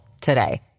today